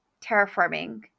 terraforming